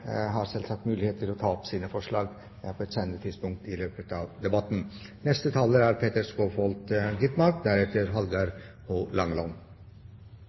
har selvfølgelig mulighet til å ta opp sitt forslag på et senere tidspunkt i løpet av debatten.